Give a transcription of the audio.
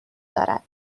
دارد